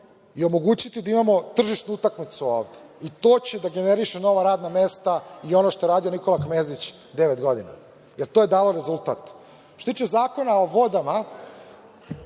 i omogućiti da imamo tržišnu utakmicu ovde. To će da generiše nova radna mesta i ono što je radio Nikola Kmezić devet godina, jer to je dalo rezultat. Što se tiče Zakona o vodama.